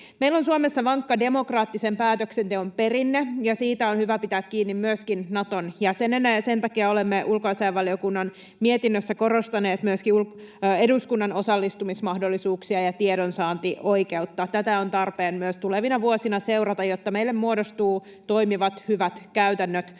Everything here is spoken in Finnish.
Meillä on Suomessa vankka demokraattisen päätöksenteon perinne, ja siitä on hyvä pitää kiinni myöskin Naton jäsenenä, ja sen takia olemme ulkoasiainvaliokunnan mietinnössä korostaneet myöskin eduskunnan osallistumismahdollisuuksia ja tiedonsaantioikeutta. Tätä on tarpeen myös tulevina vuosina seurata, jotta meille muodostuu toimivat, hyvät käytännöt